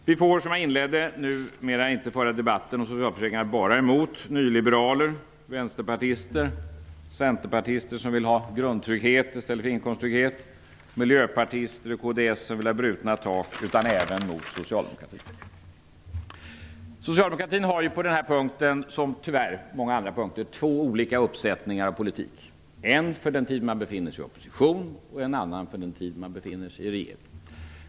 Som jag sade i inledningen får nu debatten om socialförsäkringar föras inte bara mot nyliberaler, vänsterpartister, centerpartister som vill ha grundtrygghet i stället för inkomsttrygghet, miljöpartister och kds:are som vill ha brutna tak utan även mot socialdemokratin. Socialdemokratin har på den här punkten - som på många andra punkter, tyvärr - två olika uppsättningar av politik. En politik för den tid då man befinner sig i opposition och en annan politik för den tid då man befinner sig i regeringsställning.